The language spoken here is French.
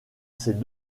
ses